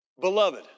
Beloved